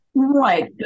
Right